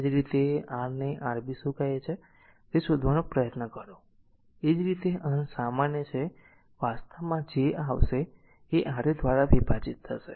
એ જ રીતે જો r ને Rb શું કહે છે તે શોધવાનો પ્રયત્ન કરો તેવી જ રીતે અંશ સામાન્ય છે જે વાસ્તવમાં જે પણ આવશે તે r a દ્વારા વિભાજીત થશે